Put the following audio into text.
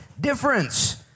difference